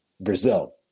Brazil